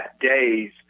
days